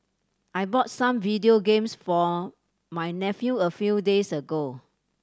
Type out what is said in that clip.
I bought some video games for my nephew a few days ago